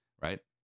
right